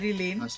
lane